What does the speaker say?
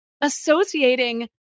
associating